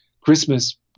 christmas